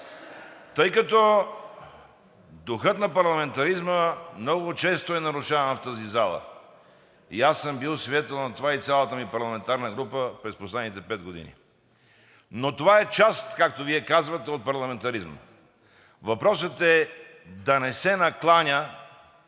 тъй като духът на парламентаризма много често е нарушаван в тази зала и аз съм бил свидетел на това, и цялата ми парламентарна група през последните пет години. Но това е част, както Вие казвате, от парламентаризма. Въпросът е да не се накланя